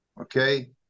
okay